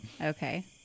Okay